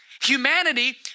Humanity